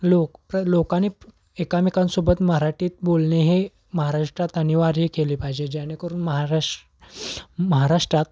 लोक प्र लोकांनी एकामेकांसोबत मराठीत बोलणे हे महाराष्ट्रात अनिवार्य केले पाहिजे जेणेकरून महाराष्ट्र महाराष्ट्रात